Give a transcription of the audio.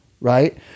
Right